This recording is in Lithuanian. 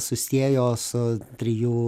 susiejo su trijų